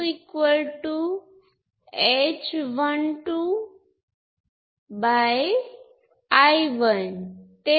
તો ફરી કહેવા દો કે આ પોર્ટ 1 છે અને કરંટ I1 તે પોર્ટમાં વહે છે અને આપણી પાસે V1 છે